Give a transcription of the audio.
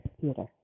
Theater